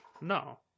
No